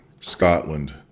Scotland